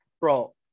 Bro